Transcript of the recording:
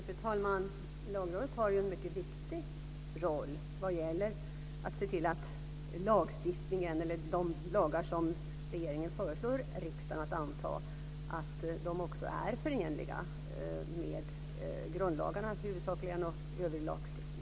Fru talman! Lagrådet har en mycket viktig roll när det gäller att se till att de lagar som regeringen föreslår riksdagen att anta också är förenliga med grundlagarna och övrig lagstiftning.